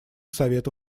совету